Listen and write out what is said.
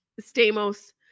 Stamos